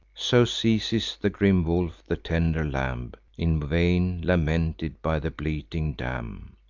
so seizes the grim wolf the tender lamb, in vain lamented by the bleating dam.